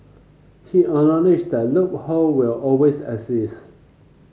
he acknowledged that loophole will always exist